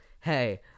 hey